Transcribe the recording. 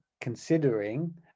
considering